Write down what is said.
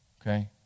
Okay